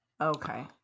Okay